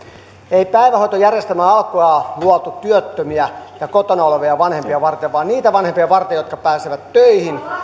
ei päivähoitojärjestelmää alkujaan luotu työttömiä ja ja kotona olevia vanhempia varten vaan niitä vanhempia varten jotka pääsevät töihin